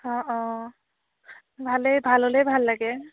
অঁ অঁ ভালেই ভাল হ'লেই ভাল লাগে